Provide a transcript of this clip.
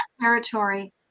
territory